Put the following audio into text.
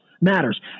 matters